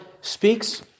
speaks